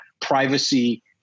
privacy